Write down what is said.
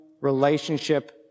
relationship